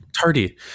Tardy